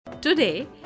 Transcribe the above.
Today